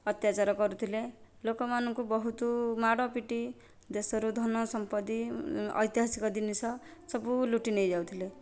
ଅତ୍ୟାଚାର କରୁଥିଲେ ଲୋକମାନଙ୍କୁ ବହୁତ ମାଡ଼ ପିଟି ଦେଶର ଧନ ସମ୍ପତ୍ତି ଐତିହାସିକ ଜିନିଷ ସବୁ ଲୁଟି ନେଇ ଯାଉଥିଲେ